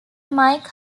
mike